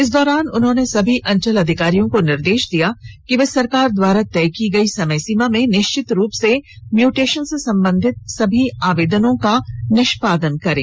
इस दौरान उन्होंने सभी अंचल अधिकारियों को निर्देश दिया कि वे सरकार द्वारा तय की गई समय सीमा में निश्चित रूप से म्यूटेशन संबंधित सभी आवेदनों का निष्पादन करें